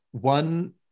One